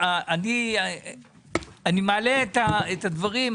אני מעלה את הדברים,